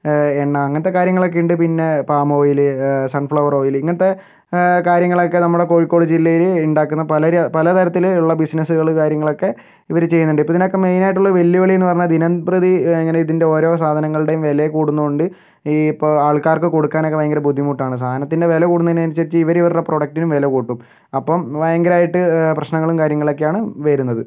എണ്ണ അങ്ങനത്തെ കാര്യങ്ങളൊക്കെയുണ്ട് പിന്നെ പാം ഓയിൽ സൺഫ്ലവർ ഓയിൽ ഇങ്ങനത്തെ കാര്യങ്ങളൊക്കെ നമ്മുടെ കോഴിക്കോട് ജില്ലയിൽ ഉണ്ടാക്കുന്ന പല പലതരത്തിൽ ഉള്ള ബിസ്സിനസ്സുകൾ കാര്യങ്ങളൊക്കെ ഇവർ ചെയ്യുന്നുണ്ട് ഇപ്പോൾ ഇതിനൊക്കെ മെയിനായിട്ടുള്ള വെല്ലുവിളിയെന്ന് പറഞ്ഞാൽ ദിനംപ്രതി ഇങ്ങനെ ഇതിൻ്റെ ഒരോ സാധനങ്ങളുടെയും വില കൂടുന്നതുകൊണ്ട് ഈ ഇപ്പോൾ ആൾക്കാർക്ക് കൊടുക്കാനൊക്കെ ഭയങ്കര ബുദ്ധിമുട്ടാണ് സാധനത്തിൻ്റെ വില കൂടുന്നതിനുസരിച്ച് ഇവർ ഇവരുടെ പ്രൊഡക്ടിനും വില കൂട്ടും അപ്പം ഭയങ്കരമായിട്ട് പ്രശ്നങ്ങളും കാര്യങ്ങളൊക്കെയാണ് വരുന്നത്